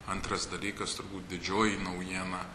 antras dalykas turbūt didžioji naujiena